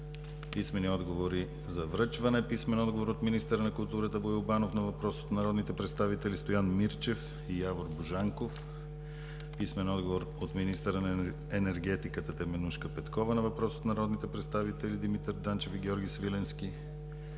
Писмени отговори за връчване от: - министъра на културата Боил Банов на въпрос от народните представители Стоян Мирчев и Явор Божанков; - министъра на енергетиката Теменужка Петкова на въпрос от народните представители Димитър Данчев и Георги Свиленски;